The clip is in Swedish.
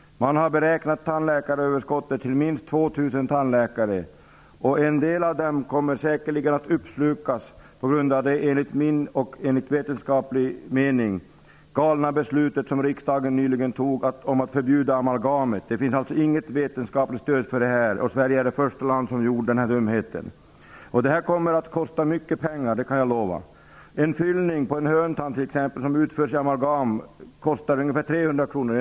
Man har beräknat tandläkaröverskottet till minst 2 000. En del av överskottet kommer säkerligen att uppslukas genom det enligt min och vetenskapens mening galna beslutet att förbjuda amalgam. Det finns alltså inget vetenskapligt stöd för förbudet, och Sverige är det första land som har begått denna dumhet. Jag kan lova att detta kommer att kosta mycket pengar. Så kostar t.ex. en fyllning i en hörntand som utförs som en amalgamkrona ungefär 300 kr.